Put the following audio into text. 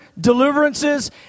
deliverances